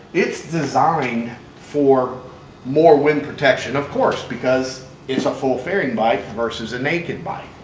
it's designed for more wind protection, of course, because it's a full fairing bike verses a naked bike.